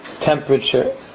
temperature